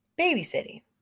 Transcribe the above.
babysitting